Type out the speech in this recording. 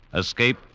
Escape